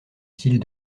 style